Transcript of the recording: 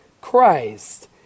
Christ